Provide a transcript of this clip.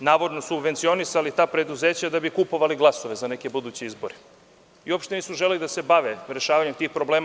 Oni su navodno subvencionisali ta preduzeća da bi kupovali glasove za neke buduće izbore i uopšte nisu želeli da se bave rešavanjem tih problema.